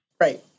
Right